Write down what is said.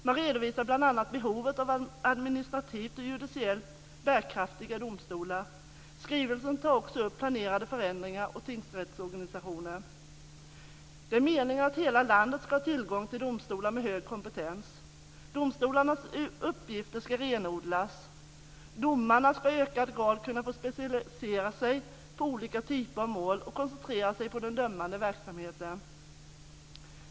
Man redovisar bl.a. behovet av administrativt och judiciellt bärkraftiga domstolar. I skrivelsen tas också upp planerade förändringar av tingsrättsorganisationen. Det är meningen att hela landet ska ha tillgång till domstolar med hög kompetens. Domstolarnas uppgifter ska renodlas. Domarna ska i ökad grad kunna få specialisera sig på olika typer av mål och koncentrera sig på den dömande verksamheten.